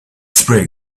spread